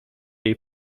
jej